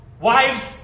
wives